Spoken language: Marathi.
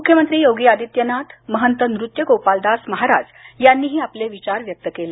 मुख्यमंत्री योगी आदित्यनाथ महंत नृत्यगोपालदास महाराज यांनीही आपले विचार व्यक्त केले